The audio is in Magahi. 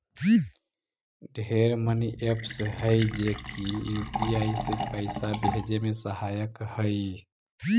ढेर मनी एपस हई जे की यू.पी.आई से पाइसा भेजे में सहायक हई